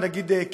ואני אגיד כרקע,